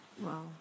Wow